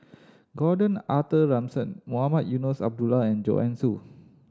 Gordon Arthur Ransome Mohamed Eunos Abdullah and Joanne Soo